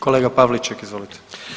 Kolega Pavliček, izvolite.